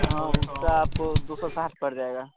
हाँ उसका आपको दो सौ साठ पड़ जाएगा